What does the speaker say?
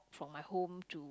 from my home to